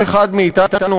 כל אחד מאתנו,